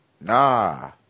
Nah